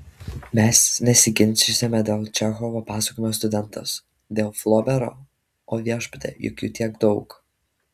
mes nesiginčysime dėl čechovo pasakojimo studentas dėl flobero o viešpatie juk jų tiek daug